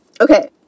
okay